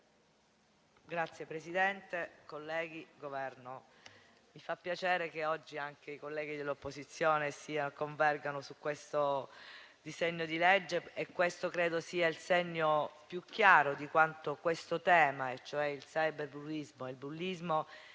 rappresentante del Governo, mi fa piacere che oggi anche i colleghi dell'opposizione convergano su questo disegno di legge e questo credo sia il segno più chiaro di quanto questo tema, cioè il cyberbullismo e il bullismo,